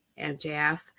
MJF